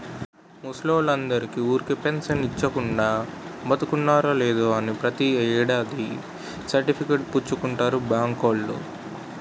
ముసలోల్లందరికీ ఊరికే పెంచను ఇచ్చీకుండా, బతికున్నారో లేదో అని ప్రతి ఏడాది సర్టిఫికేట్ పుచ్చుకుంటారు బాంకోల్లు